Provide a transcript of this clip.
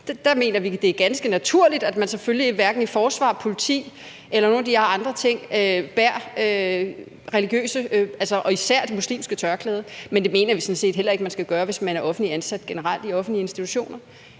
mener vi, at det er ganske naturligt, at man selvfølgelig hverken i forsvaret, i politiet eller i nogle af de her andre ting bærer religiøse genstande og især det muslimske tørklæde, og det mener vi sådan set heller ikke man skal gøre, hvis man er offentligt ansat generelt i offentlige institutioner.